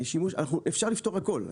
אפשר לפתור הכל,